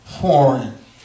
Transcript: foreign